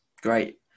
great